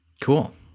Cool